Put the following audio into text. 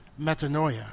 Metanoia